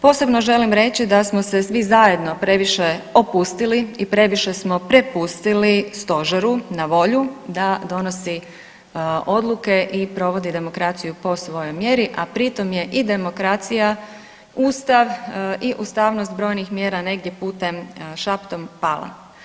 Posebno želim reći da smo se svi zajedno previše opustili i previše smo prepustili stožeru na volju da donosi odluke i provodi demokraciju po svojoj mjeri, a pri tom je i demokracija, ustav i ustavnost brojnih mjera negdje putem šaptom pala.